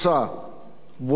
בוטה,